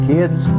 Kids